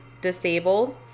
disabled